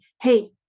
hey